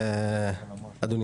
אדוני